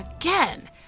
Again